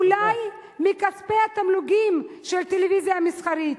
אולי מכספי התמלוגים של הטלוויזיה המסחרית,